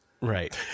Right